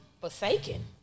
forsaken